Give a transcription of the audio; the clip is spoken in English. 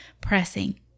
pressing